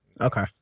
okay